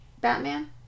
Batman